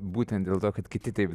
būtent dėl to kad kiti taip